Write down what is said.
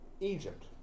Egypt